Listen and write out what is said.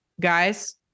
guys